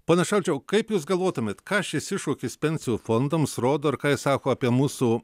ponas šalčiau kaip jūs galvotumėt ką šis iššūkis pensijų fondams rodo ir ką jis sako apie mūsų